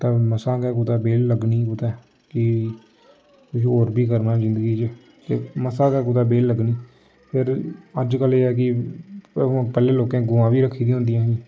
तां मसा गै कुतै बेह्ल लग्गनी कुतै कि किश होर बी करना जिंदगी च ते मसा गै कुतै बेह्ल लग्गनी फिर अजकल्ल एह् ऐ कि पैह्लें लोकें गवां बी रक्खी दी होंदियां ही